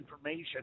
information